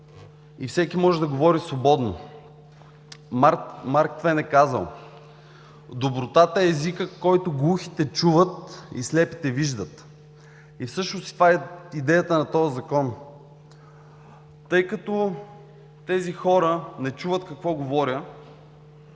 и всеки може да говори свободно. Марк Твен е казал: „Добротата е езикът, който глухите чуват и слепите виждат“. Всъщност това е идеята на този Закон. Тези хора не чуват какво говоря,